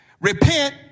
Repent